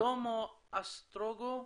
שלמה אסטרוגו,